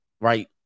right